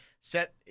set